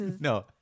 No